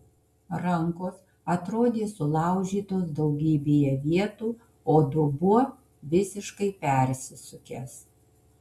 rankos atrodė sulaužytos daugybėje vietų o dubuo visiškai persisukęs